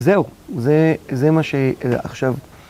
זהו, זה מה ש... עכשיו...